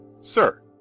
Sir